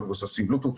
מבוססי בלוטוס,